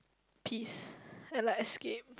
peace and like escape